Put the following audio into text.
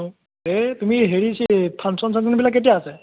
এই তুমি হেৰি ফাংচন চাংচনবিলাক কেতিয়া আছে